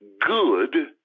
good